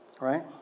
Right